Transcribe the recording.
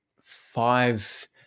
five